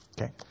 Okay